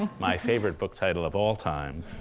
and my favorite book title of all time.